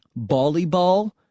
volleyball